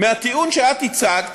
מהטיעון שאת הצגת.